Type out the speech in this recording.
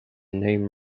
name